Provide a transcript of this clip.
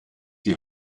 die